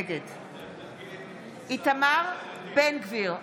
נגד איתמר בן גביר,